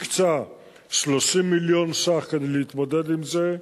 הקצה 30 מיליון שקלים כדי להתמודד עם זה.